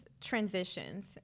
transitions